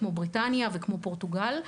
כמו בריטניה וכמו פורטוגל,